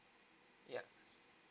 yup